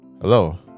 Hello